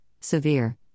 severe